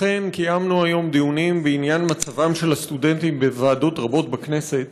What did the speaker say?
אכן קיימנו היום דיונים בעניין מצבם של הסטודנטים בוועדות רבות בכנסת,